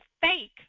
fake